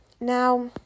Now